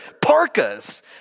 parkas